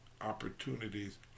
opportunities